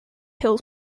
hills